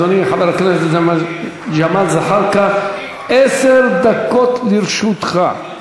אדוני, חבר הכנסת ג'מאל זחאלקה, עשר דקות לרשותך.